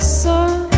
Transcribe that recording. sun